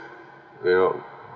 will